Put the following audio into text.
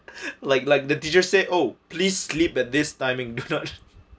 like like the teacher say oh please sleep at this timing do not